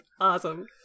awesome